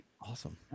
Awesome